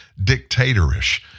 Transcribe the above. dictatorish